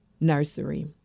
nursery